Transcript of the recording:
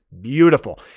Beautiful